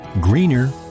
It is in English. greener